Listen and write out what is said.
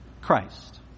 Christ